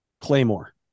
Claymore